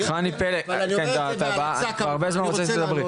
חני פלג, אני כבר הרבה זמן רוצה שתדברי.